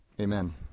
Amen